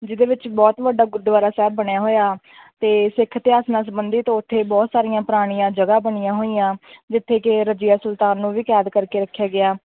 ਜਿਹਦੇ ਵਿੱਚ ਬਹੁਤ ਵੱਡਾ ਗੁਰਦੁਆਰਾ ਸਾਹਿਬ ਬਣਿਆ ਹੋਇਆ ਅਤੇ ਸਿੱਖ ਇਤਿਹਾਸ ਨਾਲ ਸੰਬੰਧਿਤ ਉੱਥੇ ਬਹੁਤ ਸਾਰੀਆਂ ਪੁਰਾਣੀਆਂ ਜਗ੍ਹਾ ਬਣੀਆਂ ਹੋਈਆਂ ਜਿੱਥੇ ਕਿ ਰਜੀਆ ਸੁਲਤਾਨ ਨੂੰ ਵੀ ਕੈਦ ਕਰਕੇ ਰੱਖਿਆ ਗਿਆ